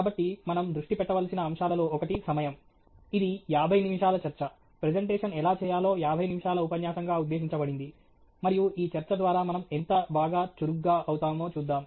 కాబట్టి మనం దృష్టి పెట్టవలసిన అంశాలలో ఒకటి సమయం ఇది యాభై నిమిషాల చర్చ ప్రెజెంటేషన్ ఎలా చేయాలో యాభై నిమిషాల ఉపన్యాసంగా ఉద్దేశించబడింది మరియు ఈ చర్చ ద్వారా మనం ఎంత బాగా చురుగ్గా అవుతామో చూద్దాం